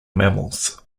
mammals